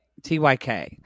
tyk